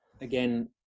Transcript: again